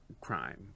crime